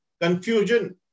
confusion